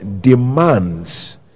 demands